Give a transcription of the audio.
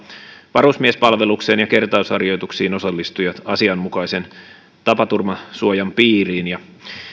varusmiespalvelukseen ja kertausharjoituksiin osallistujat asianmukaisen tapaturmasuojan piiriin ja